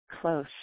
close